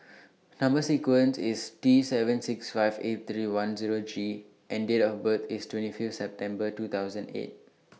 Number sequent IS T seven six five eight three one Zero G and Date of birth IS twenty Fifth September two thousand eight